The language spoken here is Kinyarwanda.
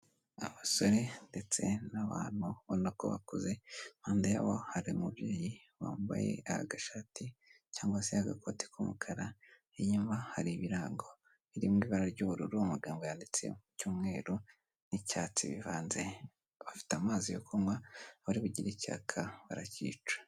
Abasore ndetse n'abantu ubona ko bakuze, impande yabo hari umubyeyi wambaye agashati cyangwa se agakoti k'umukara, inyuma hari ibirango biri mu ibara ry'ubururu amagambo yanditse mu cyumweru n'icyatsi bivanze, bafite amazi yo kunywa abari bugire icyaka baracyica.